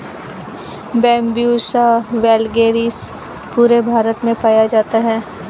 Bambusa vulgaris पूरे भारत में पाया जाता है